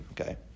Okay